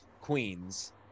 queens